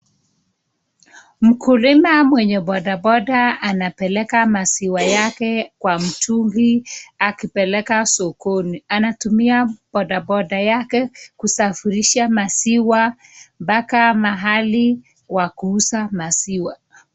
Mkulima mwenye bodaboda anapeleka maziwa yake kwa mtungi akipeleka sokoni anatumia bodaboda yake kusafirisha maziwa paka mahali pa kuuza maziwa.